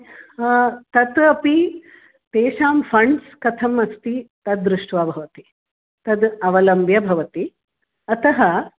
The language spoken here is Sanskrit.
तत् अपि तेषां फ़ण्ड्स् कथम् अस्ति तद्दृष्ट्वा भवति तद् अवलम्ब्य भवति अतः